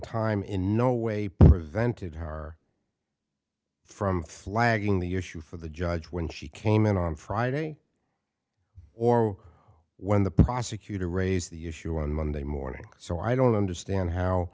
time in no way prevented her from flagging the issue for the judge when she came in on friday or when the prosecutor raised the issue on monday morning so i don't understand how